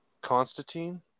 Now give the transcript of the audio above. Constantine